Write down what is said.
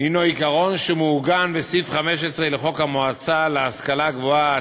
הוא עיקרון שמעוגן בסעיף 15 לחוק המועצה להשכלה גבוהה,